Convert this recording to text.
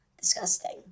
disgusting